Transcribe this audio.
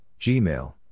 Gmail